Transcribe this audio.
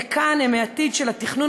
וכאן הם העתיד של התכנון